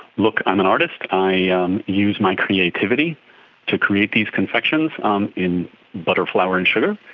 look, i'm an artist, i ah um use my creativity to create these confections um in butter, flour and sugar,